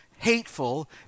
Hateful